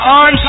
on